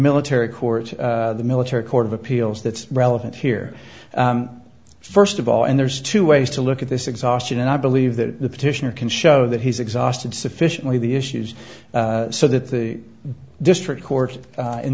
military court the military court of appeals that's relevant here first of all and there's two ways to look at this exhaustion and i believe that the petitioner can show that he's exhausted sufficiently the issues so that the district cour